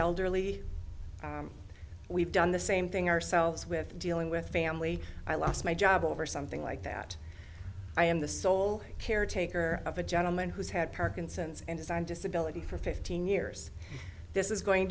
elderly we've done the same thing ourselves with dealing with family i lost my job over something like that i am the sole caretaker of a gentleman who's had parkinson's and is on disability for fifteen years this is going